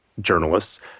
journalists